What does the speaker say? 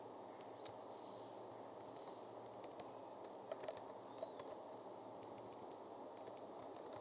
okay